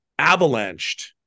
avalanched